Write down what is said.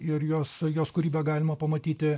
ir jos jos kūrybą galima pamatyti